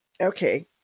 Okay